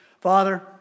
Father